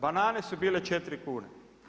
Banane su bile 4 kune.